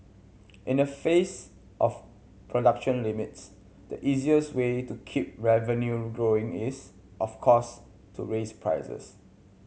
in the face of production limits the easiest way to keep revenue growing is of course to raise prices